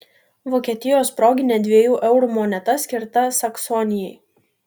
vokietijos proginė dviejų eurų moneta skirta saksonijai